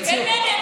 זה כן מעניין,